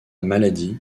maladie